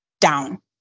down